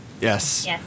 yes